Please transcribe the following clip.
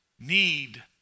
need